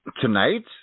Tonight